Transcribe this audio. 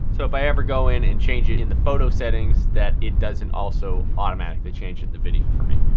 so, if i ever go in and change it in the photo settings that it doesn't also automatically change it in the video for me.